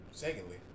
Secondly